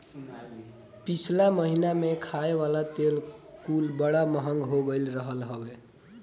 पिछला महिना में खाए वाला तेल कुल बड़ा महंग हो गईल रहल हवे